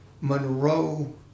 Monroe